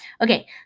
Okay